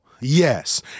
yes